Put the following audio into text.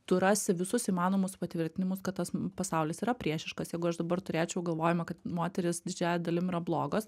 tu rasi visus įmanomus patvirtinimus kad tas pasaulis yra priešiškas jeigu aš dabar turėčiau galvojimą kad moterys didžiąja dalim yra blogos